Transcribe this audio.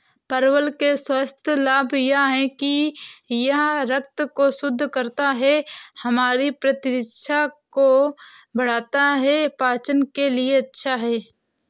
परवल के स्वास्थ्य लाभ यह हैं कि यह रक्त को शुद्ध करता है, हमारी प्रतिरक्षा को बढ़ाता है, पाचन के लिए अच्छा है